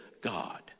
God